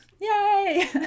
yay